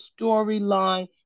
storyline